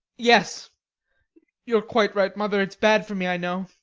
yes you're quite right, mother. it's bad for me, i know.